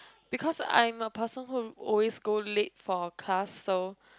because I'm a person who always go late for class so